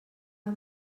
how